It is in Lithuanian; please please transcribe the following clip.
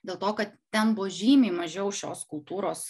dėl to kad ten buvo žymiai mažiau šios kultūros